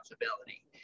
responsibility